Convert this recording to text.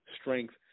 strength